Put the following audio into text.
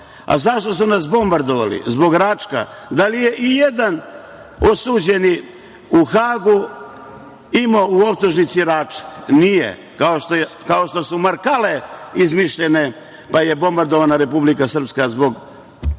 A zašto su nas bombardovali? Zbog Račka. Da li je ijedan osuđeni u Hagu imao u optužnici Račak? Nije. Kao što su Markale izmišljene, pa je bombardovana Republika Srpska zbog